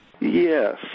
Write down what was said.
Yes